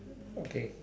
okay